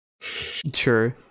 True